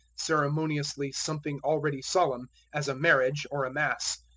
ceremoniously something already solemn, as a marriage, or a mass.